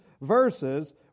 verses